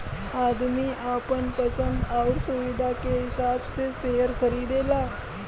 आदमी आपन पसन्द आउर सुविधा के हिसाब से सेअर खरीदला